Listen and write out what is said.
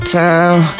town